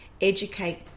educate